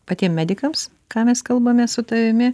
patiem medikams ką mes kalbamės su tavimi